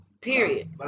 Period